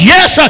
Yes